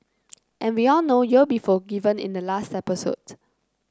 and we all know you'll be forgiven in the last episode